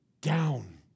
down